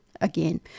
again